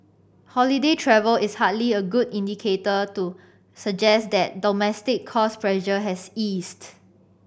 holiday travel is hardly a good indicator to suggest that domestic cost pressure has eased